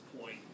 point